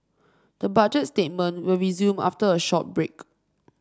the Budget statement will resume after a short break